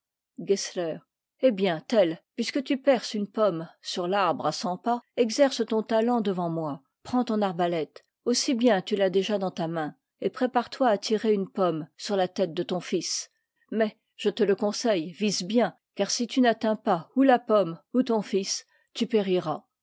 gessler eh bien tell puisque tu perces une pomme sur l'arbre à cent pas exerce ton talent devant moi prends ton arbalète aussi bien tu l'as déjà dans ta main et prépare-toi à tirer une pomme sur la tête de ton fils mais je te le conseille vise bien car si tu n'atteins pas ou la pomme ou ton fils tu périras